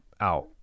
out